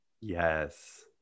Yes